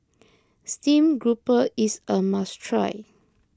Stream Grouper is a must try